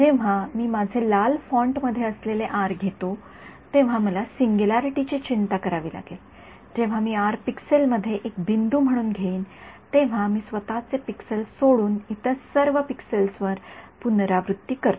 जेव्हा मी माझे लाल फॉन्ट मध्ये असलेले आर घेतो तेव्हा मला सिंग्युलॅरीटीची चिंता करावी लागेल जेव्हा मी आर पिक्सेलमध्ये एक बिंदू म्हणून घेईन तेव्हा मी स्वतचे पिक्सेल सोडून इतर सर्व पिक्सेलवर पुनरावृत्ती करतो